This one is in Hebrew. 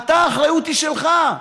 האחריות היא שלך,